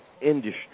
industry